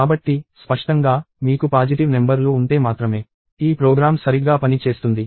కాబట్టి స్పష్టంగా మీకు పాజిటివ్ నెంబర్ లు ఉంటే మాత్రమే ఈ ప్రోగ్రామ్ సరిగ్గా పని చేస్తుంది